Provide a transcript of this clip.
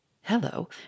Hello